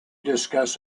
discuss